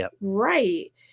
Right